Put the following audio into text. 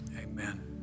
amen